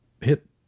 hit